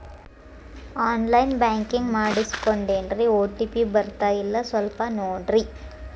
on line banking ಮಾಡಿಸ್ಕೊಂಡೇನ್ರಿ OTP ಬರ್ತಾಯಿಲ್ಲ ಸ್ವಲ್ಪ ನೋಡ್ರಿ